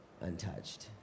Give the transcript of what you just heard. untouched